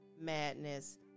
Madness